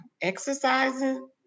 exercising